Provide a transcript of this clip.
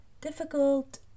difficult